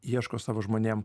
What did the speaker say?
ieško savo žmonėm